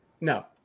no